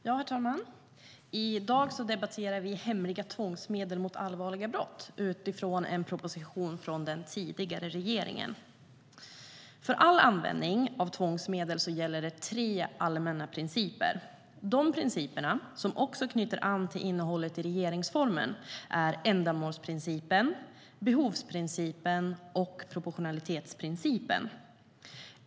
Herr talman! I dag debatterar vi betänkandet Hemliga tvångsmedel mot allvarliga brott utifrån en proposition från den tidigare regeringen. För all användning av tvångsmedel gäller tre allmänna principer. De principerna, som också knyter an till innehållet i regeringsformen, är ändamålsprincipen, behovsprincipen och proportionalitetsprincipen.